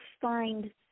find